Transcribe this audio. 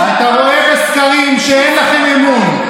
אתה רואה בסקרים שאין לכם אמון.